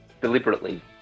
deliberately